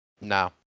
no